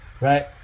right